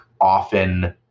often